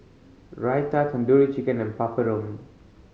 Raita Tandoori Chicken and Papadum